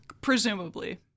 Presumably